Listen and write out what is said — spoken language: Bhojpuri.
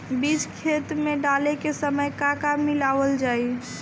बीज खेत मे डाले के सामय का का मिलावल जाई?